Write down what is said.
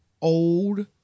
old